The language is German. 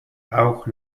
auch